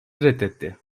reddetti